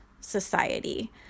society